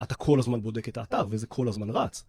אתה כל הזמן בודק את האתר, וזה כל הזמן רץ.